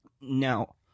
Now